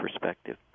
perspective